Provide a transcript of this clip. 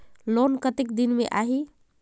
Loan कतेक दिन मे आही?